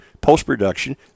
post-production